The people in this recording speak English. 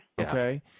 Okay